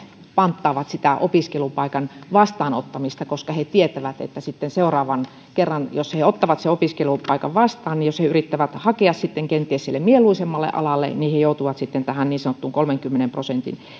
panttaavat sitä opiskelupaikan vastaanottamista koska he tietävät että sitten seuraavan kerran jos he ottavat sen opiskelupaikan vastaan jos he yrittävät hakea kenties sille mieluisammalle alalle he joutuvat tähän niin sanottuun kolmenkymmenen prosentin